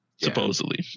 supposedly